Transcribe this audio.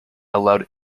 allowed